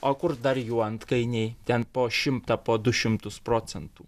o kur dar jų antkainiai ten po šimtą po du šimtus procentų